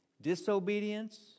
Disobedience